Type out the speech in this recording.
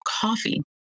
coffee